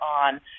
on